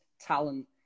talent